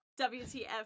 WTF